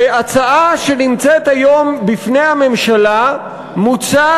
בהצעה שנמצאת היום בפני הממשלה מוצע